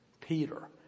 Peter